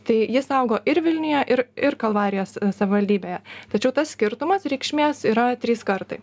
tai jis augo ir vilniuje ir ir kalvarijos savivaldybėje tačiau tas skirtumas reikšmės yra trys kartai